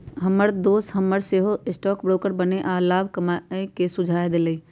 हमर दोस हमरा सेहो स्टॉक ब्रोकर बनेके आऽ लाभ कमाय के सुझाव देलइ